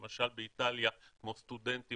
למשל באיטליה סטודנטים,